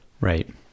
Right